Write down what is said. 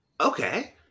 okay